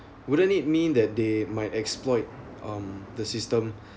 wouldn't it mean that they might exploit um the system